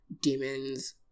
demons